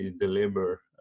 deliver